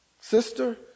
sister